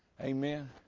Amen